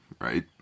right